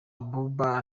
abuba